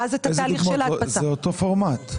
איזה דוגמאות, זה אותו פורמט?